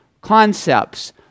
concepts